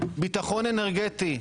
ביטחון אנרגטי,